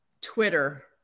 Twitter